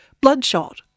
bloodshot